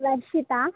Varshita